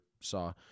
saw